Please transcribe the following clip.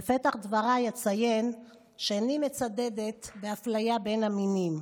בפתח דבריי אציין שאיני מצדדת באפליה בין המינים.